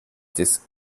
des